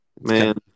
man